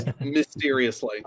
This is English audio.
Mysteriously